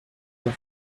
that